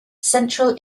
central